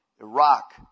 Iraq